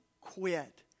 quit